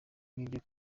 nibyo